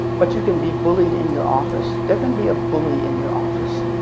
but you can be bullied in your office. there can be a bully in your office,